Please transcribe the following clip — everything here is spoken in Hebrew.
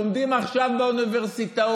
לומדים עכשיו באוניברסיטאות.